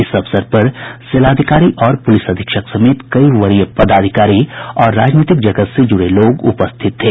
इस अवसर पर जिलाधिकारी और पुलिस अधीक्षक समेत कई वरीय पदाधिकारी और राजनीतिक जगत से जुड़े लोग उपस्थित थे